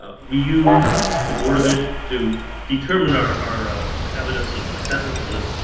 ah we use the board of edge to determine our our evidence of acceptance. of this,